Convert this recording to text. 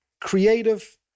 Creative